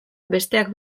besteak